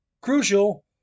crucial